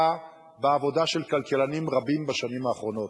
בעבודה של כלכלנים רבים בשנים האחרונות.